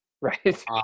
Right